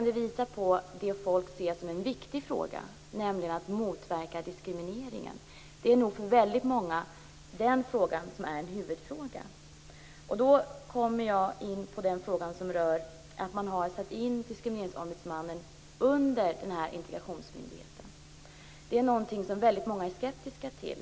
Det visar på det som människor ser som en viktig fråga, nämligen att motverka diskrimineringen. Det är nog för väldigt många huvudfrågan. Man föreslår nu att Diskrimineringsombudsmannen skall ställas under integrationsmyndigheten. Det är någonting som väldigt många är skeptiska till.